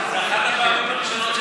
זו אחת הפעמים הראשונות,